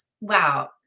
wow